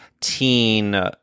teen